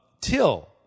till